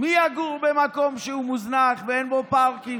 מי יגור במקום מוזנח שאין בו פארקים?